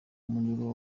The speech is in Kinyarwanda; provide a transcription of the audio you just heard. umuriro